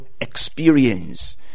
experience